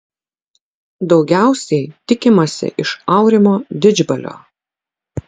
daugiausiai tikimasi iš aurimo didžbalio